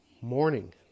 morning